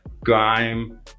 grime